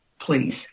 please